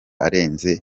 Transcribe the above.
arenze